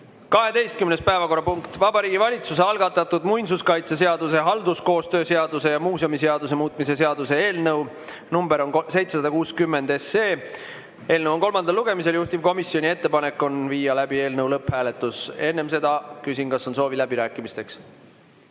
12. päevakorrapunkt on Vabariigi Valitsuse algatatud muinsuskaitseseaduse, halduskoostöö seaduse ja muuseumiseaduse muutmise seaduse eelnõu 760 kolmas lugemine. Juhtivkomisjoni ettepanek on viia läbi eelnõu lõpphääletus. Enne seda küsin, kas on soovi läbirääkimisteks.